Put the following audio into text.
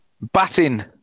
batting